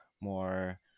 more